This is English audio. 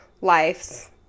lives